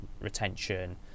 retention